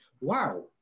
wow